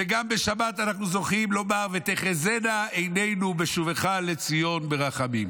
וגם בשבת אנחנו זוכרים לומר "ותחזינה עינינו בשובך לציון ברחמים".